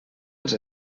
els